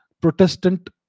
Protestant